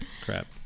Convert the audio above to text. Crap